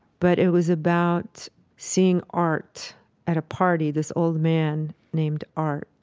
but it was about seeing art at a party, this old man named art,